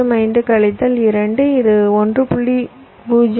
05 கழித்தல் 2 இது 1